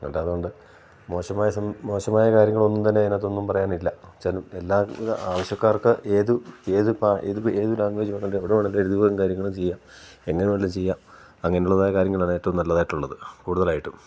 അല്ലാതെകണ്ട് മോശമായ മോശമായ കാര്യങ്ങളൊന്നും തന്നെ അതിനകത്തൊന്നും പറയാനില്ല ചില എല്ലാവിധ ആവശ്യക്കാർക്ക് ഏത് ഏത് ഏത് ഏത് ലാങ്വേജ് വേണമെങ്കിലും എവിടെ വേണമെങ്കിലും എഴുതുകയും കാര്യങ്ങളും ചെയ്യാം എങ്ങനെ വേണമെങ്കിലും ചെയ്യാം അങ്ങനെയുള്ളതായ കാര്യങ്ങളാണ് ഏറ്റവും നല്ലതായിട്ടുള്ളത് കൂടുതലായിട്ടും